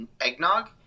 eggnog